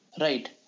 Right